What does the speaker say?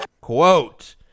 quote